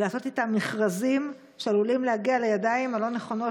ולעשות איתם מכרזים שעלולים להגיע לידיים הלא-נכונות,